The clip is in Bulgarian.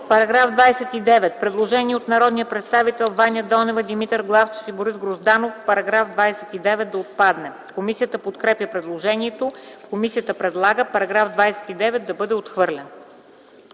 СТОЯНОВА: Предложение на народните представители Ваня Донева, Димитър Главчев и Борис Грозданов -§ 29 да отпадне. Комисията подкрепя предложението. Комисията предлага § 29 да бъде отхвърлен.